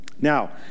Now